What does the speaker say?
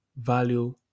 value